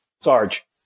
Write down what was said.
Sarge